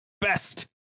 best